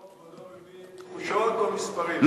כבודו מביא תחושות או מספרים?